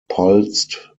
pulsed